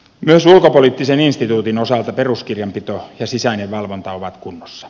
myös ulkopoliittisen instituutin osalta peruskirjanpito ja sisäinen valvonta ovat kunnossa